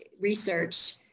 research